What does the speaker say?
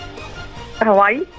Hawaii